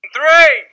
Three